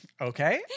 okay